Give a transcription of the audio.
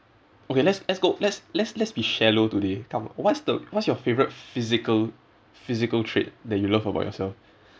okay let's let's go let's let's let's be shallow today come what's the what's your favourite physical physical trait that you love about yourself